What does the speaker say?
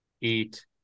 eat